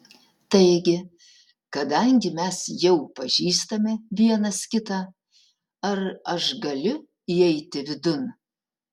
taigi kadangi mes jau pažįstame vienas kitą ar aš galiu įeiti vidun